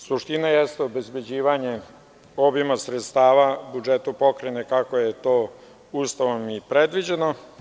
Suština jeste obezbeđivanje obima sredstava u budžetu AP, kako je to Ustavom i predviđeno.